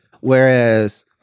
Whereas